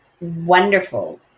wonderful